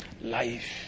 Life